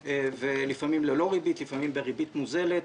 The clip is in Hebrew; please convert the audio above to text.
לפעמים ללא ריבית, לפעמים בריבית מוזלת.